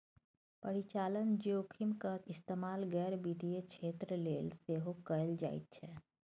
परिचालन जोखिमक इस्तेमाल गैर वित्तीय क्षेत्र लेल सेहो कैल जाइत छै